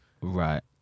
Right